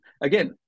again